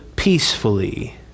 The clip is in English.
Peacefully